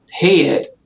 head